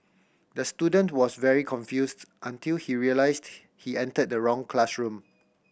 the student was very confused until he realised he entered the wrong classroom